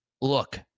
look